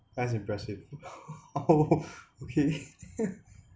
that's impressive oh okay